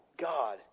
God